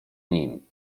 nim